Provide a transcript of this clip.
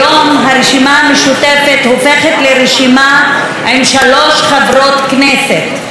היום הרשימה המשותפת הופכת לרשימה עם שלוש חברות כנסת.